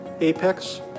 Apex